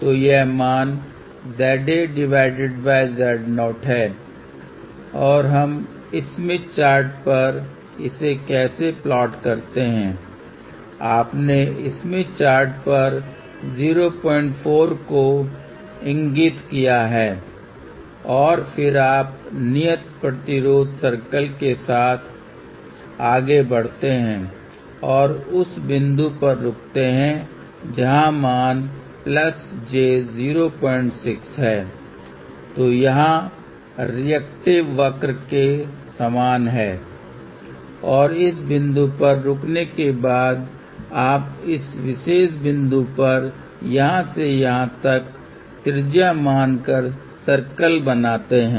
तो यह मान ZAZ0 है और हम स्मिथ चार्ट पर इसे कैसे प्लॉट करते हैं आपने स्मिथ चार्ट पर 04 को इगिंत किया है और फिर आप नियत प्रतिरोध सर्कल के साथ आगे बढ़ते हैं और उस बिंदु पर रुकते हैं जहां मान j 06 है जो यहां रिएक्टिव वक्र के समान है और इस बिंदु पर रुकने के बाद आप इस विशेष बिंदु पर यहां से यहां तक त्रिज्या मान कर सर्कल बनाते है